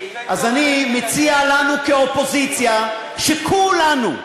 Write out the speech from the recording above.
אז אני מציע לנו כאופוזיציה, שכולנו,